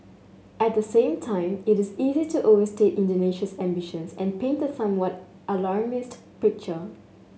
at the same time it is easy to overstate Indonesia's ambitions and paint a somewhat alarmist picture